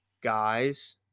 guys